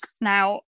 Now